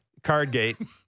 Cardgate